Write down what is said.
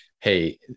hey